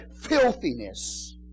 filthiness